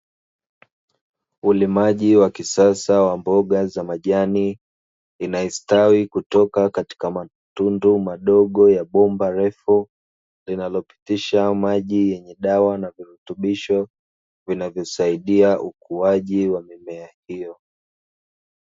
Ulimaji wa kisasa wa mboga za majani inayostawi kutoka katika matundu madogo ya bomba refu, linalopitisha maji yenye dawa na virutubisho vinavyosaidia ukuwaji wa mimea hiyo.